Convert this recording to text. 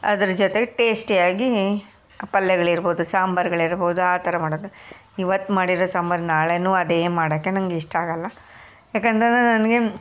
ಅದ್ರ ಜೊತೆ ಟೇಸ್ಟಿಯಾಗಿ ಪಲ್ಯಗಳು ಇರ್ಬೌದು ಸಾಂಬಾರ್ಗಳು ಇರ್ಬೌದು ಆ ಥರ ಮಾಡೋದು ಇವತ್ತು ಮಾಡಿರೋ ಸಾಂಬಾರು ನಾಳೆನೂ ಅದೇ ಮಾಡೋಕ್ಕೆ ನನಗೆ ಇಷ್ಟ ಆಗೋಲ್ಲ ಯಾಕಂದರೆ ನನಗೆ